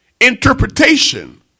interpretation